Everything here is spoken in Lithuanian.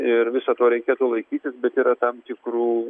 ir viso to reikėtų laikytis bet yra tam tikrų